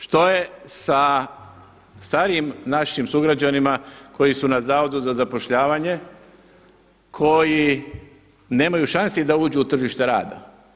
Što je sa starijim našim sugrađanima koji su na Zavodu za zapošljavanje, koji nemaju šansi da uđu u tržište rada?